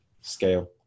scale